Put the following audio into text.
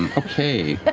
okay. but